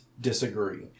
disagree